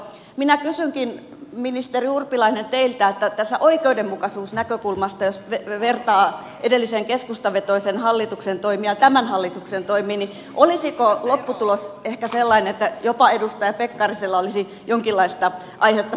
minä kysynkin ministeri urpilainen teiltä että jos tästä oikeudenmukaisuusnäkökulmasta vertaa edellisen keskustavetoisen hallituksen toimia tämän hallituksen toimiin niin olisiko lopputulos ehkä sellainen että jopa edustaja pekkarisella olisi jonkinlaista aihetta tyytyväisyyteen